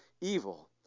evil